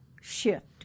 shift